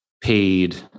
paid